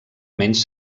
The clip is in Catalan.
menys